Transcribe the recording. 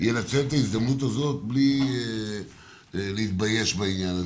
אנצל את ההזדמנות הזאת, בלי להתבייש בעניין הזה,